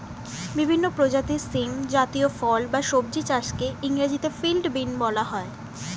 বিভিন্ন প্রজাতির শিম জাতীয় ফল বা সবজি চাষকে ইংরেজিতে ফিল্ড বিন বলা হয়